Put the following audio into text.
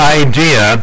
idea